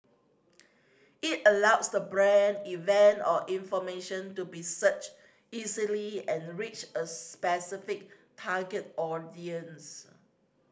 it allows the brand event or information to be searched easily and reach a specific target audience